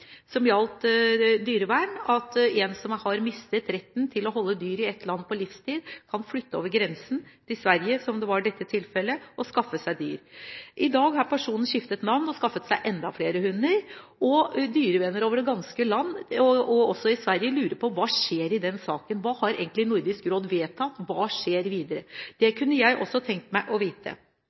som gjaldt dyrevern. En som for livstid hadde mistet retten til å holde dyr i et land, kunne – i dette tilfellet – flytte over grensen til Sverige og skaffe seg dyr. I dag har personen skiftet navn og skaffet seg enda flere hunder, og dyrevenner over det ganske land og i Sverige lurer på hva som skjer i denne saken. Hva har egentlig Nordisk råd vedtatt, og hva skjer videre? Det kunne jeg også tenke meg å vite.